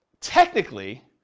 technically